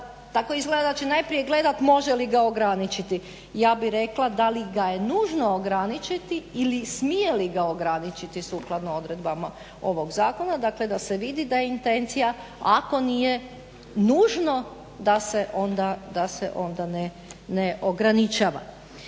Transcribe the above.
tako izgleda da će najprije gledati može li ga ograničiti, ja bih rekla da li ga je nužno ograničiti ili smije li ga ograničiti sukladno odredbama ovog zakona, dakle da se vidi da je intencija, ako nije nužno da se onda ne ograničava.